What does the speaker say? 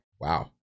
Wow